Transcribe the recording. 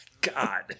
God